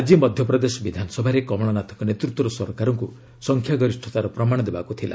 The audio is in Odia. ଆଜି ମଧ୍ୟପ୍ରଦେଶ ବିଧାନସଭାରେ କମଳନାଥଙ୍କ ନେତୃତ୍ୱର ସରକାରଙ୍କୁ ସଂଖ୍ୟା ଗରିଷ୍ଠତାର ପ୍ରମାଣ ଦେବାକୁ ଥିଲା